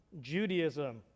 Judaism